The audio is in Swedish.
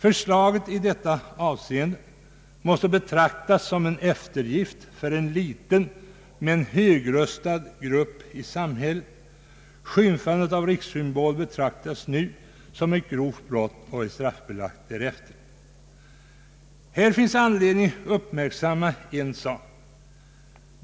Förslaget i detta avseende måste betraktas som en eftergift för en liten men högröstad grupp i samhället. Skymfande av rikssymbol betraktas nu som ett grovt brott och är straffbelagt därefter. Här finns anledning uppmärksamma en sak.